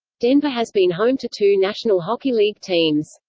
denver has been home to two national hockey league teams.